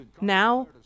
Now